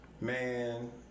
Man